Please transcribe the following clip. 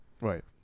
right